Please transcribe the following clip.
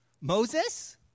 Moses